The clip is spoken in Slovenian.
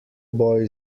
boj